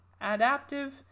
adaptive